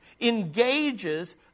engages